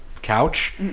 couch